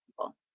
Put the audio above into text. people